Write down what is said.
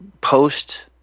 post